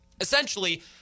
Essentially